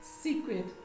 secret